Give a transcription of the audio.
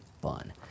fun